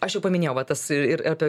aš jau paminėjau va tas ir apie